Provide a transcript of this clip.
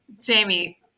Jamie